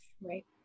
Right